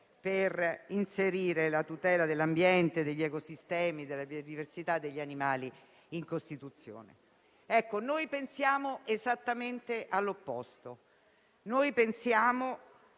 per inserire la tutela dell'ambiente, degli ecosistemi, della biodiversità e degli animali in Costituzione. Noi pensiamo esattamente l'opposto e in questo